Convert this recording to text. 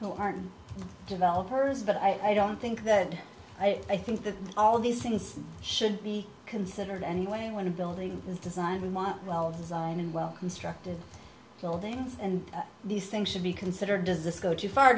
who aren't developers but i don't think that i think that all these things should be considered anyway when a building is designed we want well designed and well constructed buildings and these things should be considered does this go too far